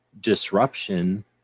disruption